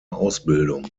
ausbildung